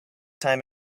time